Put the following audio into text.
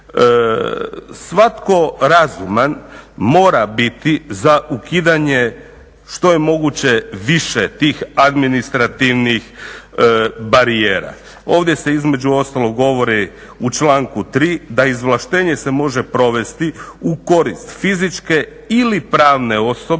Svatko razuman mora biti za ukidanje što je moguće više tih administrativnih barijera. Ovdje se između ostalog govori u članku 3.da se izvlaštenje može provesti u korist fizičke ili pravne osobe